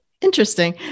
Interesting